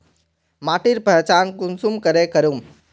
माटिर पहचान कुंसम करे करूम?